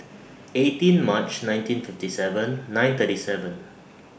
eighteen March nineteen fifty seven nine thirty seven